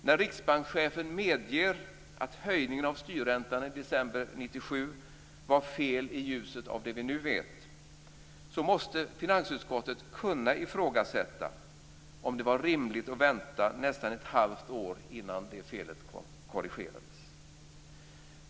När Riksbankschefen medger att höjningen av styrräntan i december 1997 var fel i ljuset av det vi nu vet, måste finansutskottet kunna ifrågasätta om det var rimligt att vänta nästan ett halvt år innan felet korrigerades.